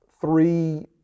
Three